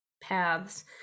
paths